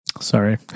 Sorry